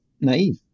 naive